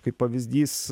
kaip pavyzdys